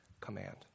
command